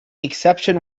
exceptions